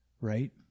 Right